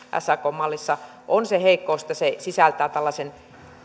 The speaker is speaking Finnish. sakn mallissa on se heikkous että se sisältää tällaisen